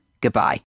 Goodbye